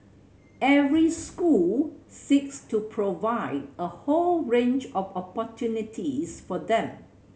every school seeks to provide a whole range of opportunities for them